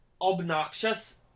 obnoxious